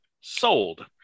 sold